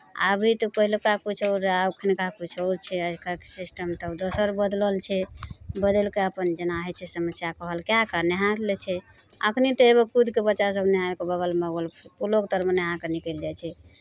आ भी तऽ पहिलुक्का किछु आओर रहए अखुनका किछु आओर छै आइ काल्हिके सिस्टम तब दोसर बदलल छै बदलि कऽ अपन जेना होइ छै समस्या कहल कए कऽ नहाए लै छै अपने तऽ एगो कुदि कऽ बच्चासभ नहाए कऽ बगलमे पूलोक तरमे नहा कऽ निकलि जाइ छै